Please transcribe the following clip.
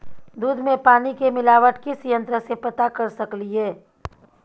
दूध में पानी के मिलावट किस यंत्र से पता कर सकलिए?